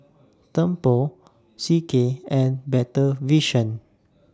Tempur C K and Better Vision